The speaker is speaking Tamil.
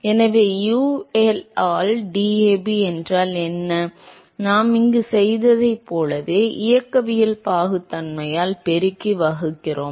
எனவே UL ஆல் DAB என்றால் என்ன நாம் இங்கு செய்ததைப் போலவே இயக்கவியல் பாகுத்தன்மையால் பெருக்கி வகுக்கிறோம்